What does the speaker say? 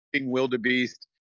wildebeest